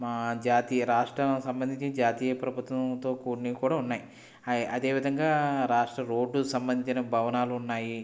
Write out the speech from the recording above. మా జాతీయ రాష్ట్రం సంబంధించి జాతీయ ప్రభుత్వంతో కొన్ని కూడా ఉన్నాయి అదే విధంగా రాష్ట్ర రోడ్డు సంబంధించిన భవనాలు ఉన్నాయి